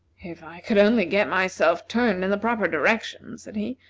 if i could only get myself turned in the proper direction, said he,